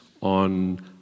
on